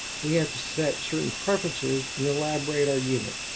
we have to set certain preferences in the labradar unit.